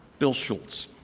bill schulz,